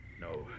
No